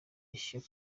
icumu